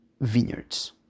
vineyards